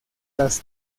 las